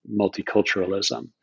multiculturalism